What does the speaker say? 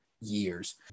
years